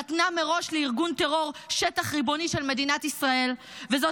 נתנה מראש לארגון טרור שטח ריבוני של מדינת ישראל וזאת